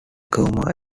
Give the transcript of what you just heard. coma